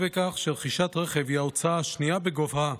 בכך שרכישת רכב היא ההוצאה השנייה בגובהה